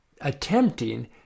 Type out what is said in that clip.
attempting